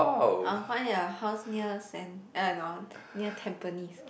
I will find a house near Saint~ eh no near tampines